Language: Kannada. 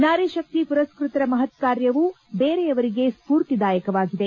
ನಾರಿಶಕ್ತಿ ಮರಸ್ನತರ ಮಹತ್ನಾರ್ಯವು ಬೇರೆಯವರಿಗೆ ಸ್ವೂರ್ತಿದಾಯಕವಾಗಿದೆ